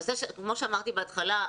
כמו שאמרתי בהתחלה,